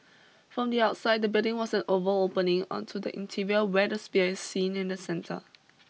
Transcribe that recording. from the outside the building was an oval opening onto the interior where the sphere is seen in the centre